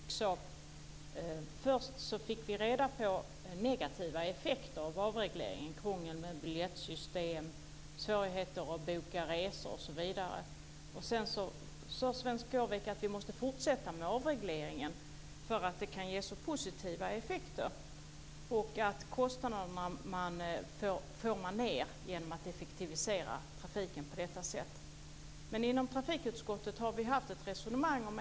Fru talman! Jag måste få en sak utredd. Först fick vi höra om negativa effekter av avregleringen - krångel med biljettsystem, svårigheter med bokning av resor osv. Men sedan sade Kenth Skårvik att vi måste fortsätta med avregleringen därför att den kan ge så positiva effekter och man får ned kostnaderna genom att effektivisera trafiken på detta sätt. Men vi i trafikutskottet har ju haft ett resonemang.